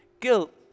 Guilt